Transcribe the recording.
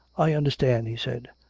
i understand he said.